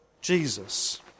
Jesus